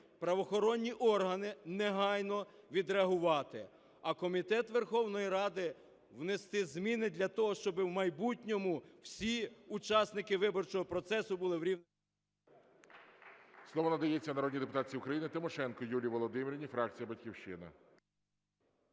правоохоронні органи негайно відреагувати, а комітет Верховної Ради внести зміни для того, щоб в майбутньому всі учасники виборчого процесу були…